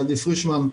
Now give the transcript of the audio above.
גדי פרישמן,